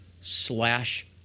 slash